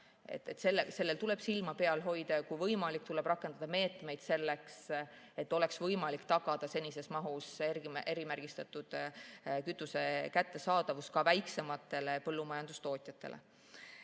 Sellel tuleb silma peal hoida ja kui võimalik, tuleb rakendada meetmeid selleks, et oleks võimalik tagada senises mahus erimärgistatud kütuse kättesaadavus ka väiksematele põllumajandustootjatele.